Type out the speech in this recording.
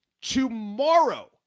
tomorrow